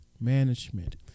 management